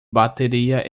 bateria